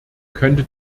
könnte